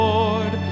Lord